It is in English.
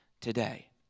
today